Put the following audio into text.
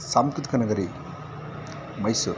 ಸಾಂಸ್ಕೃತಿಕ ನಗರಿ ಮೈಸೂರು